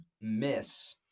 miss